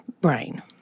brain